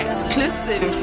Exclusive